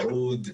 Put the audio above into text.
יהוד,